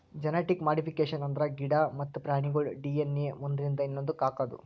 genetic modification ಅಂದ್ರ ಗಿಡ ಮತ್ತ್ ಪ್ರಾಣಿಗೋಳ್ ಡಿ.ಎನ್.ಎ ಒಂದ್ರಿಂದ ಇನ್ನೊಂದಕ್ಕ್ ಹಾಕದು